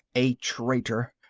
a traitor.